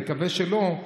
נקווה שלא,